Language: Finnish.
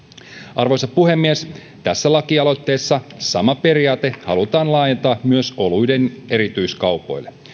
arvoisa puhemies tässä lakialoitteessa sama periaate halutaan laajentaa myös oluiden erityiskaupoille